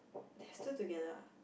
they're still together ah